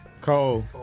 Cole